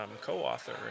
co-author